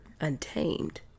Untamed